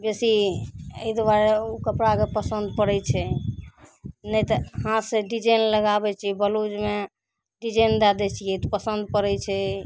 बेसी एहि दुआरे ओ कपड़ाके पसन्द पड़ै छै नहि तऽ हाथसे डिजाइन लगाबै छिए ब्लाउजमे डिजाइन दै दै छिए तऽ पसन्द पड़ै छै